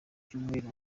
cyumweru